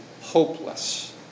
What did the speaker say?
hopeless